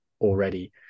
already